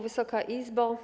Wysoka Izbo!